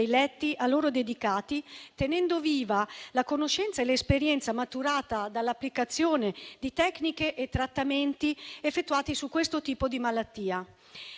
letti a loro dedicati, tenendo viva la conoscenza e l'esperienza maturata dall'applicazione di tecniche e trattamenti effettuati su questo tipo di malattia.